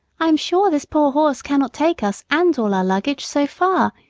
i am sure this poor horse cannot take us and all our luggage so far,